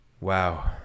Wow